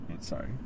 Sorry